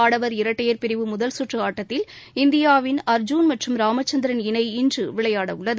ஆடவர் இரட்டையர் பிரிவு முதல்குற்று ஆட்டத்தில் இந்தியாவின் அர்ஜுன் மற்றும் ராமச்சந்திரன் இணை இன்று விளையாட உள்ளது